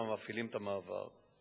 המפעילים את המעבר.